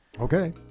Okay